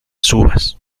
subas